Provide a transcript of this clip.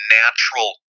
natural